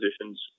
positions